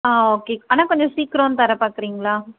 ஆ okay ஆனால் கொஞ்சம் சீக்கிரோம் தர பார்க்குறீங்ளா